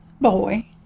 boy